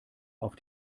auf